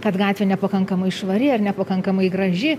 kad gatvė nepakankamai švari ar nepakankamai graži